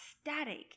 static